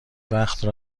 وقتم